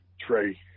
Trey